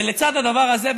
ולצד הדבר הזה,